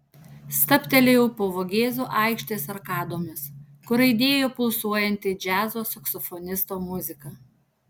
stabtelėjau po vogėzų aikštės arkadomis kur aidėjo pulsuojanti džiazo saksofonisto muzika